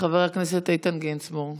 חבר הכנסת איתן גינזבורג.